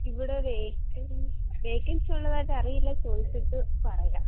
ഇവിടെ vacancy vacancy ഉള്ളതായിട്ട് അറിയില്ല ചോദിച്ചിട്ട് പറയാം